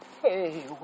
Hey